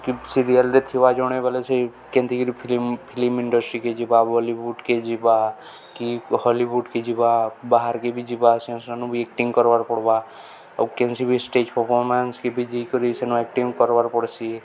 କି ସିରିଏଲ୍ରେ ଥିବା ଜଣେ ବଲେ ସେ କେମନ୍ତି କରି ଫିଲ୍ମ ଇଣ୍ଡଷ୍ଟ୍ରିକେ ଯିବା ବଲିଉଡ଼କେ ଯିବା କି ହଲିଉଡ଼କେ ଯିବା ବାହାରକେ ବି ଯିବା ସେ ସେନଙ୍କୁ ବି ଆକ୍ଟିଙ୍ଗ କରବାର୍ ପଡ଼ବା ଆଉ କେନସି ବି ଷ୍ଟେଜ୍ ପରଫର୍ମାନ୍ସ କି ବି ଯକରି ସେନୁ ଆକ୍ଟିଙ୍ଗ କରବାର୍ ପଡ଼ସି